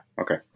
Okay